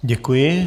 Děkuji.